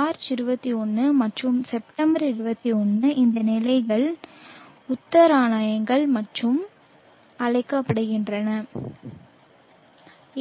March 21 மற்றும் September 21 இந்த நிலைகள் உத்தராயணங்கள் என்று அழைக்கப்படுகின்றன